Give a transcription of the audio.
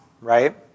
right